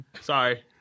Sorry